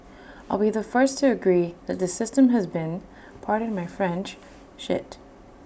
I'll be the first to agree that the system has been pardon my French shit